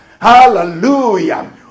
Hallelujah